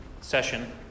session